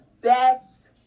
best